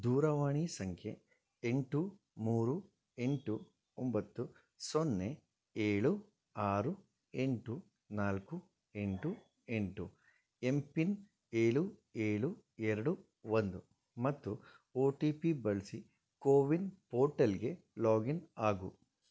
ದೂರವಾಣಿ ಸಂಖ್ಯೆ ಎಂಟು ಮೂರು ಎಂಟು ಒಂಬತ್ತು ಸೊನ್ನೆ ಏಳು ಆರು ಎಂಟು ನಾಲ್ಕು ಎಂಟು ಎಂಟು ಎಂ ಪಿನ್ ಏಳು ಏಳು ಎರಡು ಒಂದು ಮತ್ತು ಒ ಟಿ ಪಿ ಬಳಸಿ ಕೋವಿನ್ ಪೋರ್ಟಲ್ಗೆ ಲಾಗಿನ್ ಆಗು